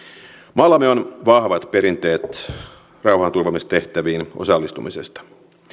maallamme on vahvat perinteet rauhanturvaamistehtäviin osallistumisesta